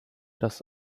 dass